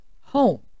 home